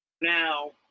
now